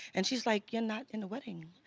and she's like, you're not in the wedding!